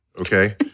okay